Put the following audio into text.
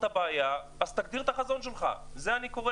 משרד התיירות ואנחנו מנהלים שיח שוטף עבור